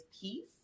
peace